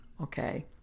Okay